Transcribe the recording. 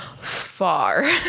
far